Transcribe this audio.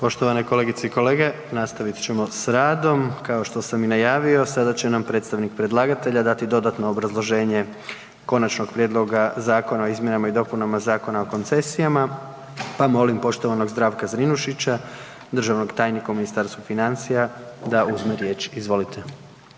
Poštovane kolegice i kolege, nastavit ćemo s radom. Kao što sam i najavio, sada će nam predstavnik predlagatelja dati dodatno obrazloženje Konačnog prijedloga zakona o izmjenama i dopunama Zakona o koncesijama, pa molim poštovanog Zdravka Zrinušića, državnog tajnika u Ministarstvu financija da uzme riječ. Izvolite.